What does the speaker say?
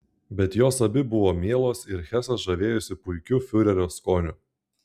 bet jos abi buvo mielos ir hesas žavėjosi puikiu fiurerio skoniu